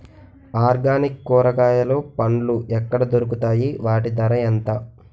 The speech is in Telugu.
ఆర్గనిక్ కూరగాయలు పండ్లు ఎక్కడ దొరుకుతాయి? వాటి ధర ఎంత?